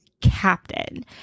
captain